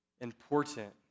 important